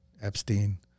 Epstein